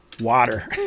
water